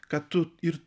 kad tu ir